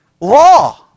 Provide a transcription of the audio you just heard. Law